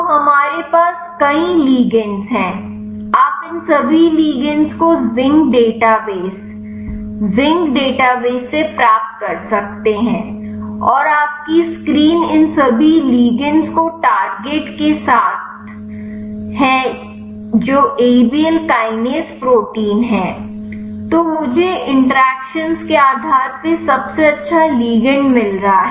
तो हमारे पास कई लिगंडस हैं आप इन सभी लिगंडस को जिंक डेटाबेस जिंक डेटाबेस से प्राप्त कर सकते हैं और आपकी स्क्रीन इन सभी लिगंडस को टारगेट के साथ है जो A B L kinase protein है तो मुझे इंटरेक्शन्स के आधार पर सबसे अच्छा लिगंड मिल रहा है